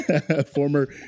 Former